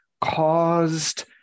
caused